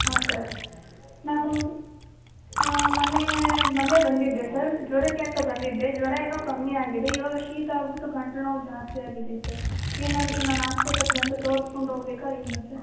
ಹಾಂ ಸರ್ ನಾನು ಮೊನ್ನೆ ಮೊನ್ನೆ ಬಂದಿದ್ದೆ ಸರ್ ಜ್ವರಕ್ಕೆ ಅಂತ ಬಂದಿದ್ದೆ ಜ್ವರ ಏನೋ ಕಮ್ಮಿ ಆಗಿದೆ ಇವಾಗ ಶೀತ ಆಗ್ಬಿಟ್ಟು ಗಂಟ್ಲು ನೋವು ಜಾಸ್ತಿ ಆಗಿದೆ ಸರ್ ಏನಾದರೂ ನಾನು ಆಸ್ಪಿಟ್ಲಿಗೆ ಬಂದು ತೋರ್ಸ್ಕೊಂಡು ಹೋಗಬೇಕಾ ಏನು ಸರ್